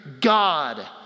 God